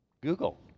Google